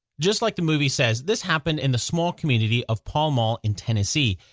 just like the movie says, this happened in the small community of pall mall in tennessee.